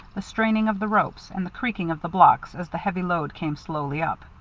the straining of the rope, and the creaking of the blocks as the heavy load came slowly up.